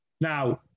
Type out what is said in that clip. Now